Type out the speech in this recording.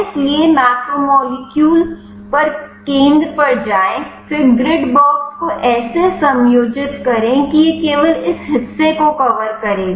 इसलिए मैक्रोमोलेक्यूल पर केंद्र पर जाएं फिर ग्रिड बॉक्स को ऐसे समायोजित करें कि यह केवल इस हिस्से को कवर करेगा